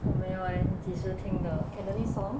我没有 leh 几时听的 cantonese song